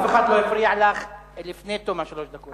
אף אחד לא הפריע לך לפני תום שלוש הדקות.